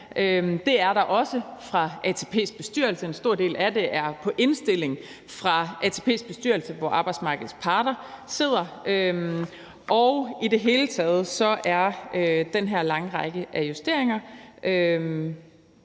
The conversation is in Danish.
Det er der også fra ATP's bestyrelse. En stor del af det er på indstilling fra ATP's bestyrelse, hvor arbejdsmarkedets parter sidder, og i det hele taget har den her lange række af justeringer